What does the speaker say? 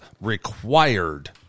required